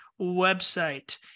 website